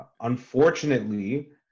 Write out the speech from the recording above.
unfortunately